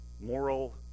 moral